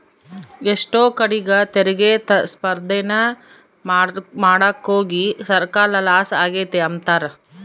ಎಷ್ಟೋ ಕಡೀಗ್ ತೆರಿಗೆ ಸ್ಪರ್ದೇನ ಮಾಡಾಕೋಗಿ ಸರ್ಕಾರ ಲಾಸ ಆಗೆತೆ ಅಂಬ್ತಾರ